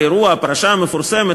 הפרשה המפורסמת,